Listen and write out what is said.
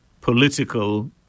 Political